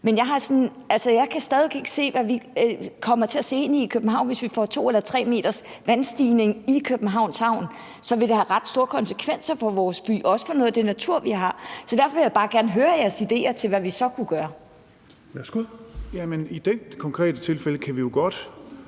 Men jeg kan stadig væk ikke se, hvad vi kommer til at se ind i i København. Hvis vi får en vandstigning på 2 eller 3 m i Københavns Havn, vil det have ret store konsekvenser for vores by og også for noget af den natur, vi har. Så derfor vil jeg bare gerne høre jeres idéer til, hvad vi så kunne gøre. Kl. 16:43 Fjerde næstformand